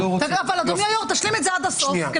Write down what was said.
אבל אדוני היושב ראש, תשלים את זה עד הסוף.